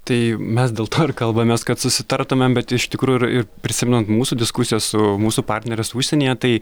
tai mes dėl to ir kalbamės kad susitartumėm bet iš tikrųjų ir prisimenant mūsų diskusijas su mūsų partneriais užsienyje tai